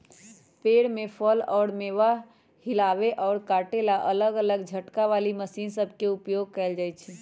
पेड़ से फल अउर मेवा हिलावे अउर काटे ला अलग अलग झटका वाली मशीन सब के उपयोग कईल जाई छई